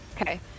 okay